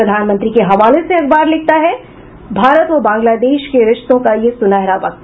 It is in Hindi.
प्रधानमंत्री के हवाले से अखबर लिखता है भारत व बांग्लादेश के रिश्तों का यह सुनहरा वक्त